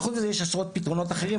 וחוץ מזה יש עשרות פתרונות אחרים,